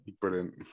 Brilliant